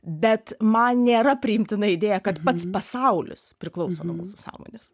bet man nėra priimtina idėja kad pats pasaulis priklauso nuo mūsų sąmonės